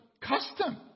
custom